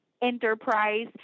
enterprise